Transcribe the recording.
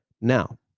Now